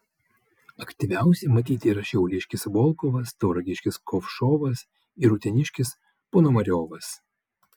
aktyviausi matyt yra šiauliškis volkovas tauragiškis kovšovas ir uteniškis ponomariovas